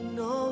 no